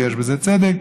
ויש בזה צדק,